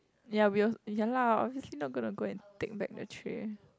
ya we also ya lah obviously not gonna go and take back the tray